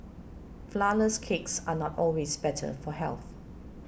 Flourless Cakes are not always better for health